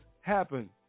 happen